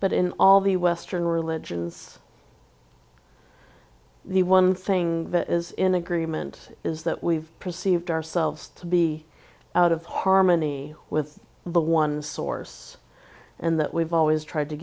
but in all the western religions the one thing that is in agreement is that we've perceived ourselves to be out of harmony with the one source and that we've always tried to